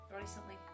recently